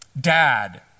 Dad